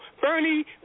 Bernie